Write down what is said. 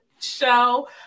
show